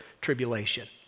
tribulation